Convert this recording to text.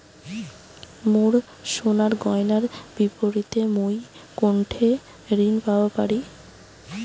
মোর সোনার গয়নার বিপরীতে মুই কোনঠে ঋণ পাওয়া পারি?